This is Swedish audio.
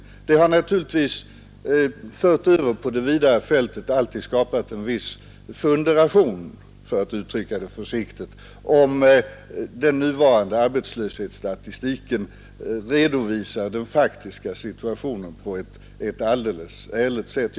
Denna situation har naturligtvis förts över på ett vidare fält och skapat en viss funderation — för att uttrycka det försiktigt — huruvida den nuvarande arbetslöshetsstatistiken redovisar den faktiska situationen på ett ärligt sätt.